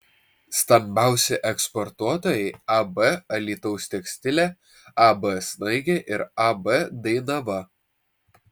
stambiausi eksportuotojai ab alytaus tekstilė ab snaigė ir ab dainava